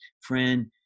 Friend